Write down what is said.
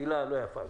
מילה לא יפה,